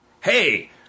Hey